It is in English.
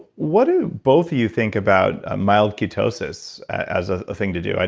what do both of you think about ah mild ketosis as a thing to do?